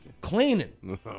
Cleaning